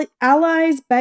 allies